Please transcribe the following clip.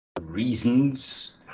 reasons